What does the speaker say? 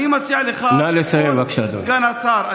נא לסיים, בבקשה, אדוני.